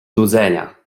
nudzenia